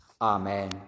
Amen